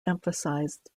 emphasized